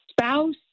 spouse